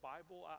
Bible